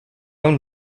own